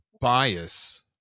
bias